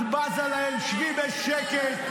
שבי בשקט.